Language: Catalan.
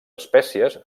espècies